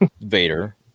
vader